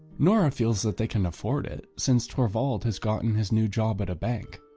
nora feels that they can afford it since torvald has gotten his new job at a bank.